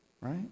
right